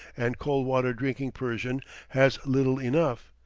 and cold water drinking persian has little enough,